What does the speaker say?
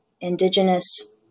indigenous